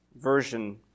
Version